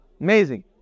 Amazing